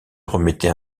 remettait